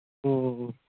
ꯎꯝ ꯎꯝ ꯎꯝ